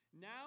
Now